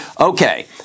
Okay